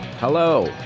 hello